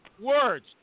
words